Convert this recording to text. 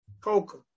Coca